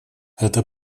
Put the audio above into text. эта